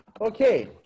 Okay